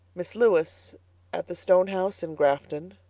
miss lewis at the stone house in grafton.